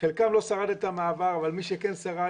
חלקם לא שרד את המעבר אבל מי שכן שרד,